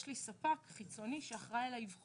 יש לי ספק חיצוני שאחראי על האבחון.